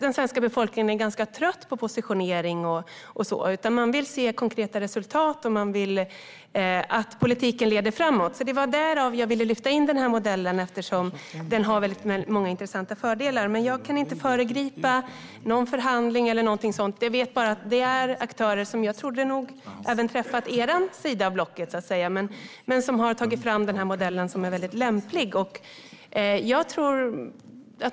Den svenska befolkningen är ganska trött på positionering. Den vill se konkreta resultat och att politiken leder framåt. Det var därför jag ville lyfta in den här modellen eftersom den har väldigt många intressanta fördelar. Men jag kan inte föregripa någon förhandling eller någonting sådant. Jag vet bara att det är aktörer som nog har träffat även er sida av blocket som har tagit fram den här modellen som är väldigt lämplig.